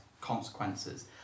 consequences